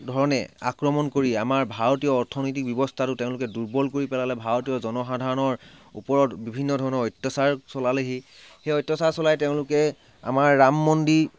ধৰণে আক্ৰমণ কৰি আমাৰ ভাৰতীয়া অৰ্থনৈতিক ব্যৱস্থাটো তেওঁলোকে দূৰ্বল কৰি পেলালে জনসাধাৰণৰ ওপৰত বিভিন্ন ধৰণৰ অত্যাচাৰ চলালেহি সেই অত্যাচাৰ চলাই তেওঁলোকে আমাৰ ৰাম মন্দিৰ